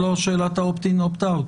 אבל זאת לא שאלת ה-opt-in, opt out.